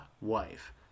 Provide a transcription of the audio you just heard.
wife